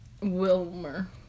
Wilmer